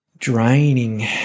draining